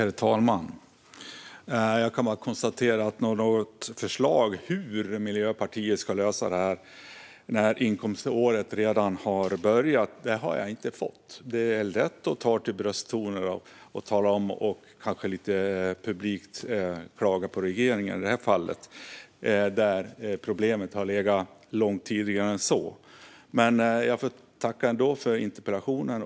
Herr talman! Jag kan bara konstatera att jag inte har fått något förslag på hur Miljöpartiet ska lösa detta när inkomståret redan har börjat. Det är lätt att ta till brösttoner och publikt klaga på regeringen i det här fallet, men problemet går mycket längre tillbaka än så. Jag får ändå tacka för interpellationen.